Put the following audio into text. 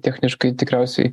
techniškai tikriausiai